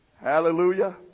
Hallelujah